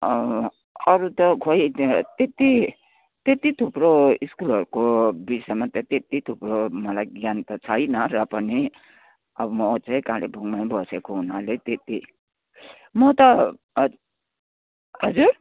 अरू त खोइ त्यति त्यति थुप्रो स्कुलहरूको विषयमा त त्यति थुप्रो मलाई ज्ञान त छैन र पनि अब म चाहिँ कालेबुङमै बसेको हुनाले त्यति म त हजुर हजुर